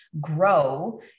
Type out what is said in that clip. grow